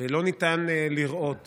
ולא ניתן לראות